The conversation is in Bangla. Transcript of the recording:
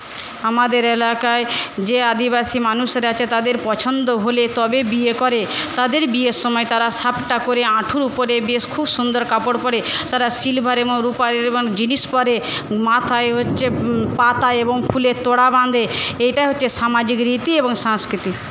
আমাদের এলাকায় যে আদিবাসী মানুষেরা আছে তাদের পছন্দ হলে তবে বিয়ে করে তাদের বিয়ের সময় তারা করে হাঠুর উপরে বেশ খুব সুন্দর কাপড় পরে তারা সিলভার এবং রূপার এবং জিনিস পরে মাথায় হচ্ছে পাতা এবং ফুলের তোড়া বাঁধে এটা হচ্ছে সামাজিক রীতি এবং সাংস্কৃতিক